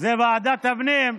זה ועדת הפנים.